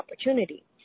opportunity